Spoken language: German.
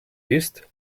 ist